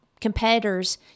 competitors